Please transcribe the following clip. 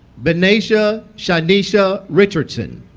ben'nashya shanesha richardson